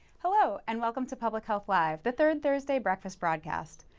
hello, and welcome to public health live, the third thursday breakfast broadcast.